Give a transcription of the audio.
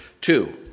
two